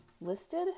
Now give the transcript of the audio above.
listed